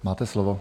Máte slovo.